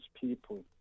people